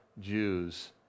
Jews